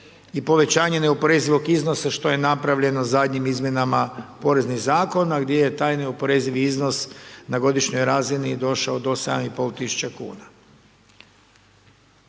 i povećanje neoporezivog iznosa što je napravljeno zadnjim izmjenama poreznih zakona gdje je taj neoporezivi iznos na godišnjoj razini došao do 7,5 tisuća kuna.